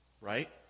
Right